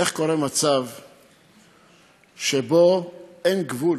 איך קורה מצב שאין גבול